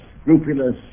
scrupulous